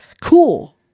cool